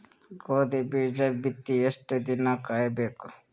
ಗೋಧಿ ಬೀಜ ಬಿತ್ತಿ ಎಷ್ಟು ದಿನ ಕಾಯಿಬೇಕು?